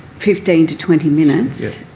fifteen to twenty minutes